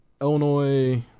Illinois